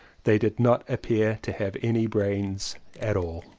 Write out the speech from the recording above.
they did not appear to have any brains at au.